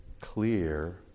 clear